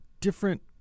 different